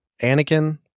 Anakin